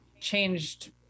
changed